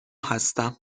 هستم